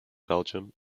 belgium